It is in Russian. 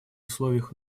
условиях